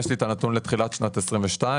יש לי את הנתון לתחילת שנת 2022,